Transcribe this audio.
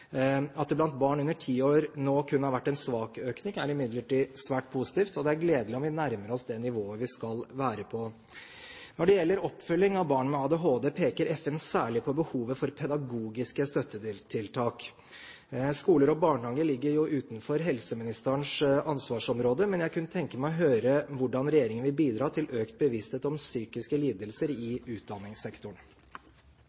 At det blant barn under 10 år nå kun har vært en svak økning, er imidlertid svært positivt, og det er gledelig om vi nærmer oss det nivået vi skal være på. Når det gjelder oppfølging av barn med ADHD, peker FN særlig på behovet for pedagogiske støttetiltak. Skoler og barnehager ligger utenfor helseministerens ansvarsområde, men jeg kunne tenke meg å høre hvordan regjeringen vil bidra til økt bevissthet om psykiske lidelser i